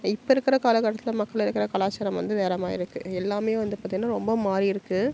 இப்போ இருக்கிற காலகட்டத்தில் மக்கள் இருக்கிற கலாச்சாரம் வந்து வேற மாதிரி இருக்குது எல்லாமே வந்து பார்த்திங்கனா ரொம்ப மாறிருக்கு